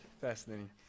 Fascinating